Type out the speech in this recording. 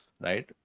right